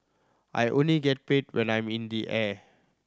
I only get paid when I'm in the air